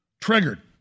triggered